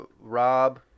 Rob